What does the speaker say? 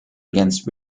against